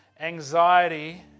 Anxiety